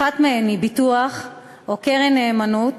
אחת מהן היא ביטוח או קרן נאמנות